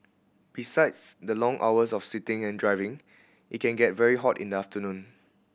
besides the long hours of sitting and driving it can get very hot in the afternoon